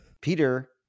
Peter